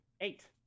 Eight